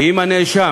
ואם הנאשם